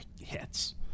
hits